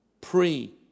Pre